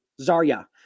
Zarya